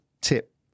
tip